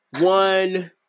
one